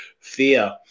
fear